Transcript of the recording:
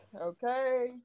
Okay